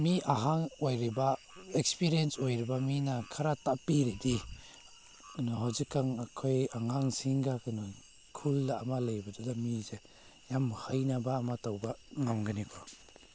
ꯃꯤ ꯑꯍꯟ ꯑꯣꯏꯔꯤꯕ ꯑꯦꯛꯁꯄꯤꯔꯦꯟ ꯑꯣꯏꯔꯕ ꯃꯤꯅ ꯈꯔ ꯇꯥꯛꯄꯤꯔꯗꯤ ꯀꯩꯅꯣ ꯍꯧꯖꯤꯛ ꯀꯥꯟ ꯑꯩꯈꯣꯏ ꯑꯉꯥꯡꯁꯤꯡꯒ ꯀꯩꯅꯣ ꯈꯨꯜ ꯑꯃ ꯂꯩꯕꯗꯨꯗ ꯃꯤꯁꯦ ꯌꯥꯝ ꯍꯩꯅꯕ ꯑꯃ ꯇꯧꯕ ꯉꯝꯒꯅꯤꯀꯣ